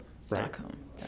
Stockholm